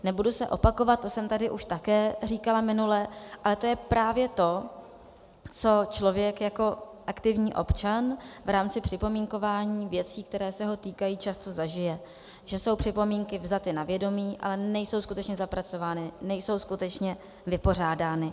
Nebudu se opakovat, to jsem tady už také říkala minule, ale to je právě to, co člověk jako aktivní občan v rámci připomínkování věcí, které se ho týkají, často zažije, že jsou připomínky vzaty na vědomí, ale nejsou skutečně zapracovány, nejsou skutečně vypořádány.